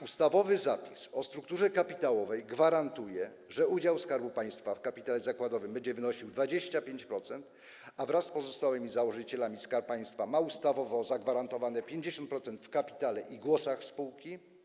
Ustawowy zapis o strukturze kapitałowej gwarantuje, że udział Skarbu Państwa w kapitale zakładowym będzie wynosił 25%, a wraz z pozostałymi założycielami Skarb Państwa ma ustawowo zagwarantowane 50% w kapitale i głosach spółki.